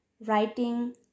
writing